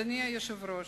רק רגע.